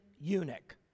eunuch